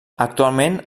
actualment